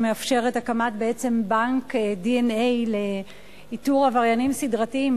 שמאפשרת בעצם הקמת בנק DNA לאיתור עבריינים סדרתיים,